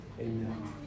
Amen